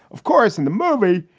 of course, in the movie.